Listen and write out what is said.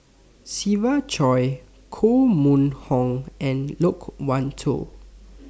Siva Choy Koh Mun Hong and Loke Wan Tho